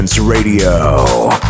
Radio